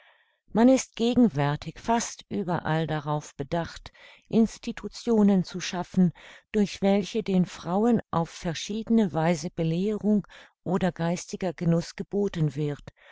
man ist gegenwärtig fast überall darauf bedacht institutionen zu schaffen durch welche den frauen auf verschiedne weise belehrung oder geistiger genuß geboten wird